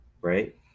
right